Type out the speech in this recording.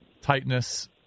tightness